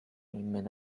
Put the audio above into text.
met